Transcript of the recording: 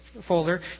folder